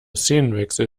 szenenwechsel